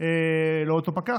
זה לא אותו פקח,